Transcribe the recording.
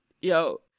Yo